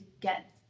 get